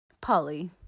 Polly